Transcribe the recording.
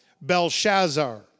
Belshazzar